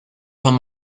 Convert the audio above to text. von